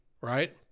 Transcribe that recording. right